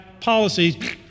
policies